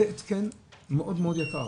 זה התקן מאוד מאוד יקר.